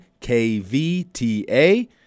KVTA